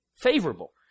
favorable